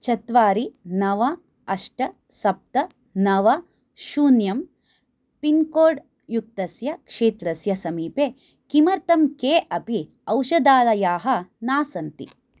चत्वारि नव अष्ट सप्त नव शून्यं पिन्कोड् युक्तस्य क्षेत्रस्य समीपे किमर्थं के अपि औषधालयाः न सन्ति